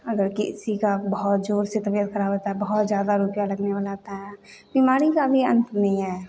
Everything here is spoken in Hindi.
अगर किसी का बहुत ज़ोर से तबियत खराब हो जाता है बहुत ज़्यादा रुपये लगने वाला होता है बीमारी का भी अन्त नहीं है